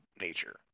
nature